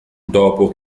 dopo